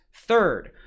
Third